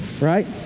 right